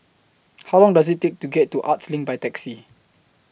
How Long Does IT Take to get to Arts LINK By Taxi